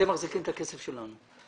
מחזיקים את הכסף שלנו.